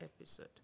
episode